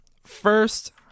first